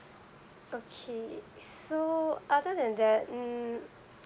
okay so other than that mm